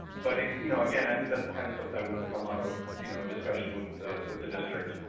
but and you know again i think that's the kind of stuff that would come out of you know a discussion with the with the district.